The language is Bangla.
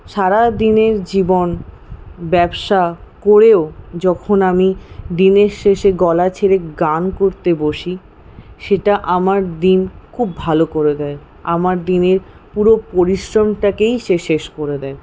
সারাদিনের জীবন ব্যবসা করেও যখন আমি দিনের শেষে গলা ছেড়ে গান করতে বসি সেটা আমার দিন খুব ভালো করে দেয় আমার দিনের পুরো পরিশ্রমটাকেই সে শেষ করে দেয়